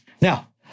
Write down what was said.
Now